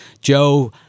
Joe